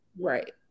Right